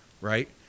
right